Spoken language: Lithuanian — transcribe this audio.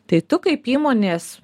tai tu kaip įmonės